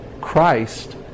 Christ